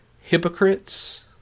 hypocrites